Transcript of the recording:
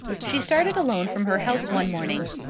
she started alone from her house one morning,